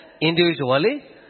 individually